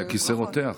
הכיסא רותח.